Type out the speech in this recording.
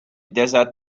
desert